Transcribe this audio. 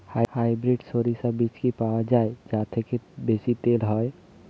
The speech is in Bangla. হাইব্রিড শরিষা বীজ কি পাওয়া য়ায় যা থেকে বেশি তেল হয়?